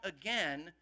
again